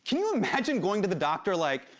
you imagine going to the doctor like,